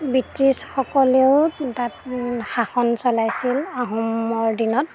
ব্ৰিটিছসকলেও তাত শাসন চলাইছিল আহোমৰ দিনত